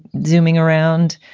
zooming around.